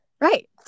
Right